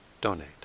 donate